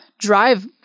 drive